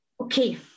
Okay